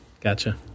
Gotcha